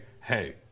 hey